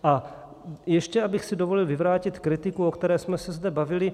A ještě abych si dovolil vyvrátit kritiku, o které jsme se zde bavili.